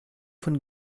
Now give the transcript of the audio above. von